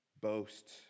boast